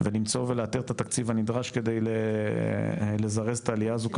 ולמצוא ולאתר את התקציב הנדרש כדי לזרז את העלייה הזו,